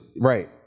Right